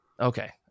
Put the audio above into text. okay